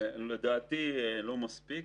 לדעתי לא מספיק.